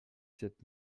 sept